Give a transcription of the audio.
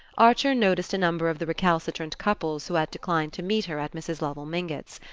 archer noticed a number of the recalcitrant couples who had declined to meet her at mrs. lovell mingott's.